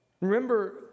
Remember